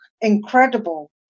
incredible